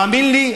והאמן לי,